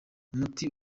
muti